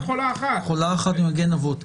חולה אחת ממגן אבות.